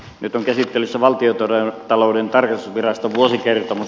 nyt on käsittelyssä valtiontalouden tarkastusviraston vuosikertomus